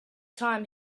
time